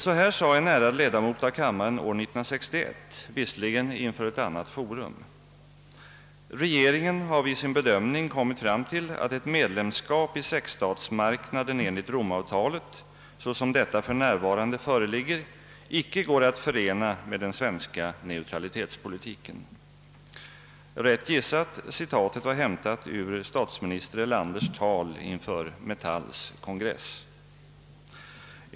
Så här sade en ärad ledamot av kammaren år 1961, visserligen inför ett annat forum: »Regeringen har vid sin bedömning kommit fram till att ett medlemskap i sexstatsmarknaden enligt Romavtalet, såsom detta för närvarande föreligger, icke går att förena med den svenska neutralitetspolitiken.» Rätt gissat! Citatet var hämtat ur statsminister Erlanders tal inför Metalls kongress.